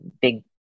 big